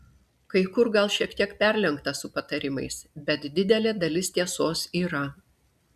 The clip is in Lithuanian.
kai kur gal šiek tiek perlenkta su patarimais bet didelė dalis tiesos yra